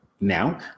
now